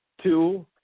two